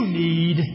need